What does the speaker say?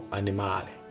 animale